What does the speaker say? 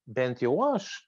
bent jau aš